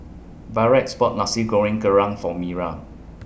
Barrett's bought Nasi Goreng Kerang For Mira